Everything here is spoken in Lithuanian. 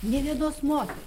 nė vienos moters